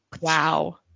Wow